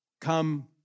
Come